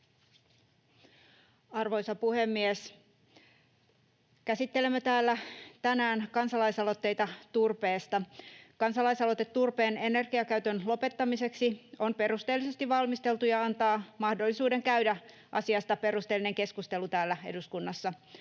Arvoisa puhemies! Käsittelemme täällä tänään kansalaisaloitteita turpeesta. Kansalaisaloite turpeen energiakäytön lopettamiseksi on perusteellisesti valmisteltu ja antaa mahdollisuuden käydä asiasta perusteellinen keskustelu täällä eduskunnassa,